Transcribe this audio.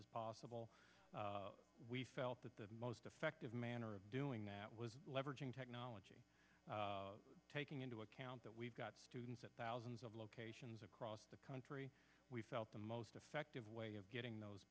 as possible we felt that the most effective manner of doing that was leveraging technology taking into account that we've got students at thousands of locations across the country we felt the most effective way of getting those